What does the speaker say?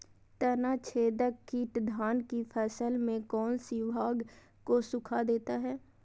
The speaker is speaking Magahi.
तनाछदेक किट धान की फसल के कौन सी भाग को सुखा देता है?